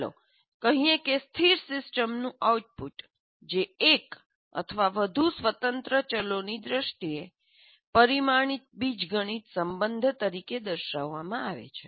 ચાલો કહીએ કે સ્થિર સિસ્ટમનું આઉટપુટ જે એક અથવા વધુ સ્વતંત્ર ચલોની દ્રષ્ટિએ પરિમાણિત બીજગણિત સંબંધ તરીકે દર્શાવવામાં આવે છે